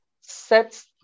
sets